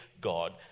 God